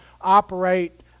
operate